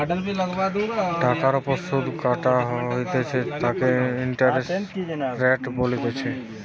টাকার ওপর সুধ কাটা হইতেছে তাকে ইন্টারেস্ট রেট বলতিছে